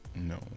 No